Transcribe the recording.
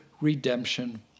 redemption